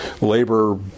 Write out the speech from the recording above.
labor